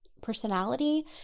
personality